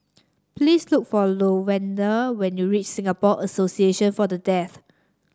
please look for Lavonda when you reach Singapore Association for the Death